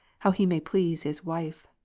how he may please his wife.